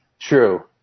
True